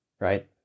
Right